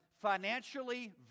financially